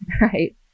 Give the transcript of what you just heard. right